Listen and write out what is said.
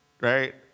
right